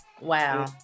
Wow